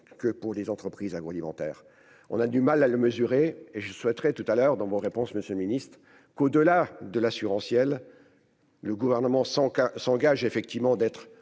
que pour les entreprises agroalimentaires, on a du mal à le mesurer et je souhaiterais tout à l'heure dans vos réponses Monsieur le ministe qu'au-delà de l'assurantiel le gouvernement sans qu'un s'engage effectivement d'être